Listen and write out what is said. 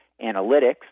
analytics